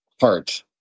heart